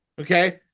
Okay